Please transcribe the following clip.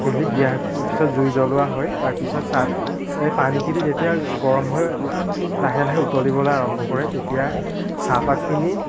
কেটলিত দিয়াৰ পিছত জুই জলোৱা হয় তাৰ পিছত চাহটো এই পানীখিনি যেতিয়া গৰম হয় লাহে লাহে উতলিবলৈ আৰম্ভ কৰে তেতিয়া চাহপাতখিনি